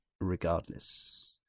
regardless